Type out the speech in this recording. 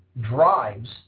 drives